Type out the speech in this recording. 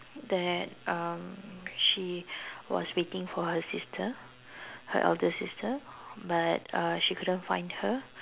that um she was waiting for her sister her elder sister but uh she couldn't find her